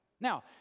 Now